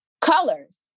Colors